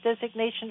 designation